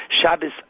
Shabbos